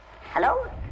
Hello